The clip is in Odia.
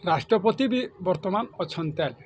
ରାଷ୍ଟ୍ରପତି ବି ବର୍ତ୍ତମାନ ଅଛନ୍ତି